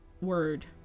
word